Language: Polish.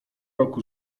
roku